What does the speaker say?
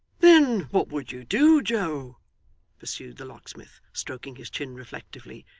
then, what would you do, joe pursued the locksmith, stroking his chin reflectively.